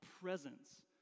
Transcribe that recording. presence